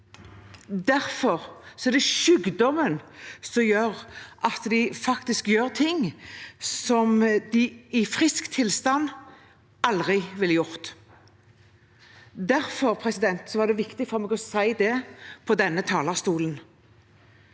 Derfor er det sykdommen som gjør at de faktisk gjør ting som de i frisk tilstand aldri ville gjort. Det er viktig for meg å si det på denne talerstolen.